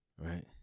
Right